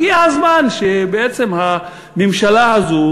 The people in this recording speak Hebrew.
הגיע הזמן שבעצם הממשלה הזאת